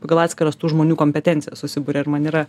pagal atskiras tų žmonių kompetencijas susiburia ir man yra